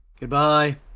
Goodbye